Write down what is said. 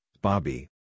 Bobby